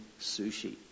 sushi